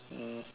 mm